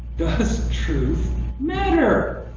does truth matter?